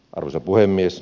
arvoisa puhemies